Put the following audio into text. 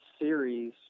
series